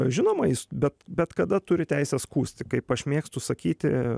žinoma jis bet bet kada turi teisę skųsti kaip aš mėgstu sakyti